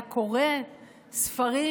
היה קורא ספרים,